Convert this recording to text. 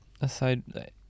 aside